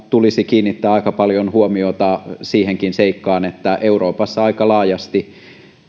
tulisi kiinnittää aika paljon huomiota siihenkin seikkaan että euroopassa aika laajasti